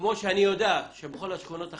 כמו שאני יודע שבכל השכונות החדשות,